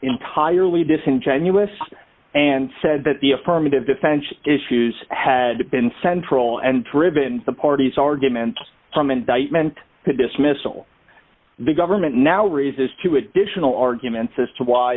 entirely disingenuous and said that the affirmative defense issues had been central and driven the party's argument from indictment to dismissal the government now resists two additional arguments as to why